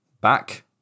back